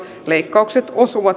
leikkaukset osuvat